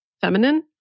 feminine